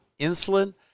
insulin